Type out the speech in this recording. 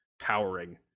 powering